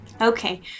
Okay